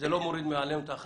אני סתם אומר את זה כמשל.